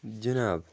جِناب